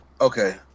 Okay